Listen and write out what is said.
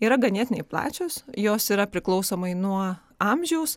yra ganėtinai plačios jos yra priklausomai nuo amžiaus